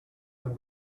when